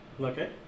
Okay